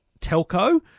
telco